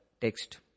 text